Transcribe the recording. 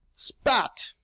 spat